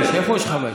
5, אוסאמה.